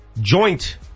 joint